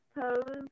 pose